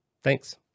Thanks